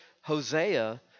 Hosea